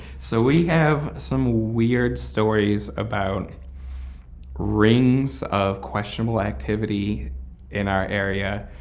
so we have some weird stories about rings of questionable activity in our area